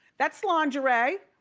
that's lingerie.